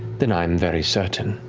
then i'm very certain